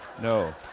No